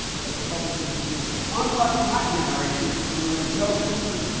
that the public disagrees on unlike my generation when there was no disagree,